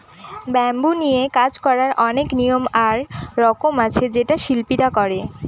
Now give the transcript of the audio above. bamboo নিয়ে কাজ করার অনেক নিয়ম আর রকম আছে যেটা শিল্পীরা করে